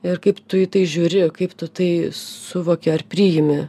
ir kaip tu į tai žiūri kaip tu tai suvoki ar priimi